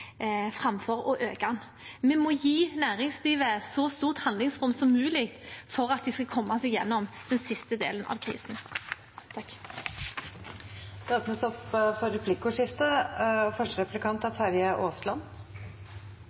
framfor å øke den. Vi må gi næringslivet så stort handlingsrom som mulig for at de skal komme seg gjennom den siste delen av